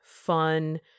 fun